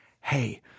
Hey